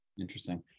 interesting